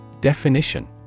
Definition